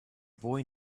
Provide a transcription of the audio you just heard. boy